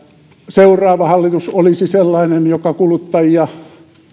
seuraava hallitus olisi sellainen joka